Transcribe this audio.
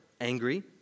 angry